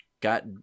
got